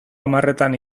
hamarretan